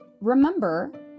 remember